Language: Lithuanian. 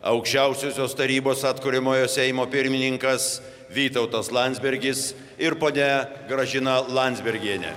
aukščiausiosios tarybos atkuriamojo seimo pirmininkas vytautas landsbergis ir ponia gražina landsbergienė